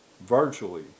Virtually